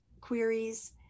queries